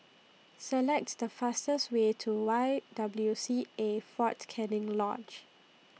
selects The fastest Way to Y W C A Fort Canning Lodge